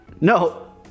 no